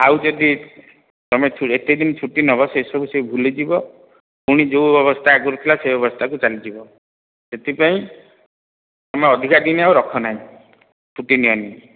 ଆଉ ଯଦି ତମେ ଏତେ ଦିନ ଛୁଟି ନେବ ସେ ସବୁ ସେ ଭୁଲିଯିବ ପୁଣି ଯେଉଁ ଅବସ୍ଥା ଆଗରୁ ଥିଲା ସେଇ ଅବସ୍ଥାକୁ ଚାଲିଯିବ ସେଥିପାଇଁ ତମେ ଅଧିକା ଦିନ ତାକୁ ରଖନାହିଁ ଛୁଟି ନିଅନି